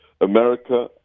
America